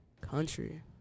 country